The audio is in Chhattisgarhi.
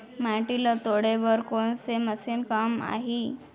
माटी ल तोड़े बर कोन से मशीन काम आही?